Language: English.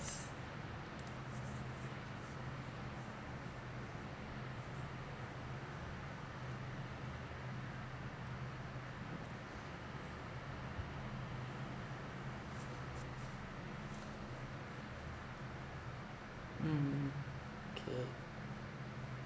mm K